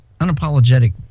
unapologetic